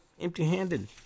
empty-handed